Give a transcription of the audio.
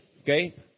Okay